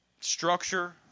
structure